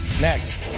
next